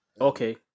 Okay